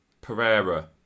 Pereira